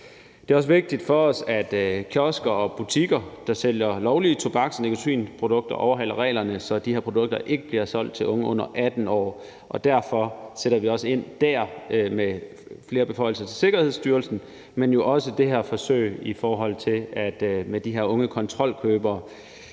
Det er også vigtigt for os, at kiosker og butikker, der sælger lovlige tobaks- og nikotinprodukter, overholder reglerne, så de her produkter ikke bliver solgt til unge under 18 år, og derfor sætter vi også ind der med flere beføjelser til Sikkerhedsstyrelsen, men jo også med forsøget med de her unge kontrolkøbere.